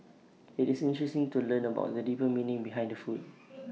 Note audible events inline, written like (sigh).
IT is interesting to learn about the deeper meaning behind the food (noise)